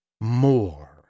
more